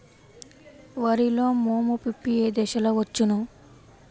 వరిలో మోము పిప్పి ఏ దశలో వచ్చును?